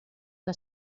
que